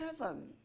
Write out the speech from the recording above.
heaven